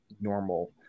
normal